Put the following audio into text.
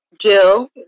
Jill